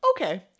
Okay